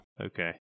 Okay